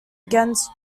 against